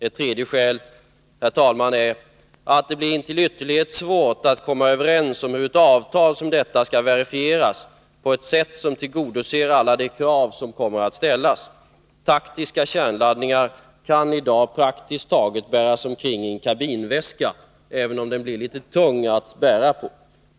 Ett tredje skäl är att det blir intill ytterlighet svårt att komma överens om hur ett avtal som detta skall verifieras på ett sätt som tillgodoser alla de krav som kommer att ställas. Taktiska kärnladdningar kan i dag praktiskt taget bäras omkring i en kabinväska — även om den blir litet tung att bära på.